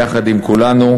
יחד עם כולנו,